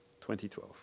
2012